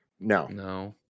No